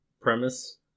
premise